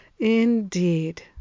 Indeed